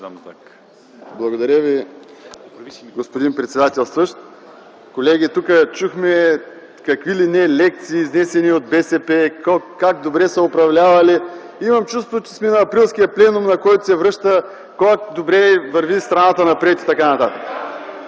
Благодаря Ви, господин председателстващ. Колеги, тук чухме какви ли не лекции, изнесени от БСП – как добре са управлявали. Имам чувството, че сме на Априлския пленум, на който се обсъжда как добре върви страната – напред и т.н.